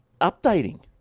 updating